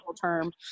term